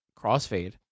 crossfade